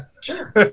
Sure